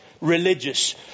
Religious